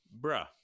bruh